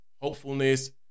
hopefulness